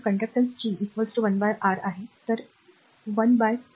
तर 1 बाय 5 5 0